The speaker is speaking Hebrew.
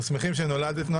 אנחנו שמחים שנולדת,